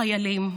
החיילים,